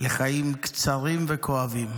לחיים קצרים וכואבים.